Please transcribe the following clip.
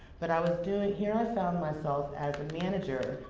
but i was doing here i found myself, as the manager,